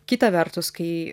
kita vertus kai